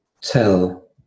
tell